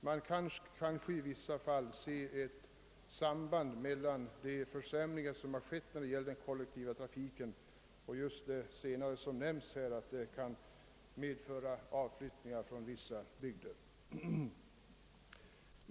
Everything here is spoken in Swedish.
Man kan kanske i vissa fall se ett samband mellan de försämringar som har skett när det gälier den kollektiva trafiken och just det sista som nämns här, nämligen att förändringarna kan medföra avflyttningar från vissa bygder.